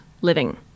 living